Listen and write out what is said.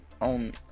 on